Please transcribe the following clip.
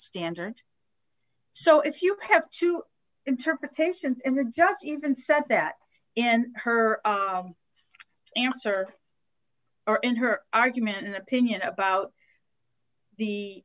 standard so if you have two interpretations and they're just even said that in her answer or in her argument an opinion about the